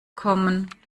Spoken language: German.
kommen